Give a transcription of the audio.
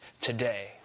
today